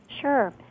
Sure